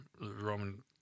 Roman